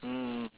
mm